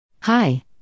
Hi